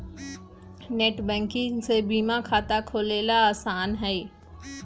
net banking से बीमा खाता खोलेला आसान हई